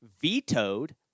vetoed